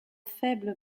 faible